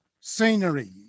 scenery